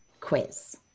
quiz